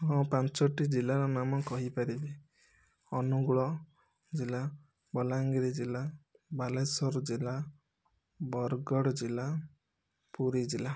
ହଁ ପାଞ୍ଚଟି ଜିଲ୍ଲାର ନାମ କହିପାରିବି ଅନୁଗୁଳ ଜିଲ୍ଲା ବଲାଙ୍ଗୀରି ଜିଲ୍ଲା ବାଲେଶ୍ୱର ଜିଲ୍ଲା ବରଗଡ଼ ଜିଲ୍ଲା ପୁରୀ ଜିଲ୍ଲା